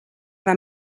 war